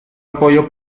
apoyo